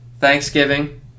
Thanksgiving